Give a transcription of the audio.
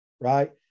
right